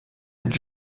êtes